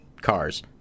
cars